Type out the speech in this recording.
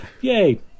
Yay